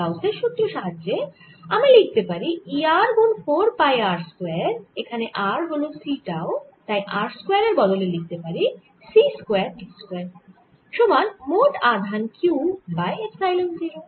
গাউসের সুত্রের সাহায্যে আমি লিখতে পারি E r গুন 4 পাই r স্কয়ার এখানে r হল c টাউ তাই r স্কয়ার এর বদলে লিখতে পারি c স্কয়ার t স্কয়ার সমান মোট আধান q বাই এপসাইলন 0